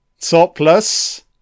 Topless